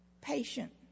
Patient